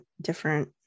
different